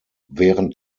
während